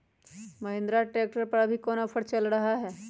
Mahindra tractor पर अभी कोन ऑफर चल रहा है?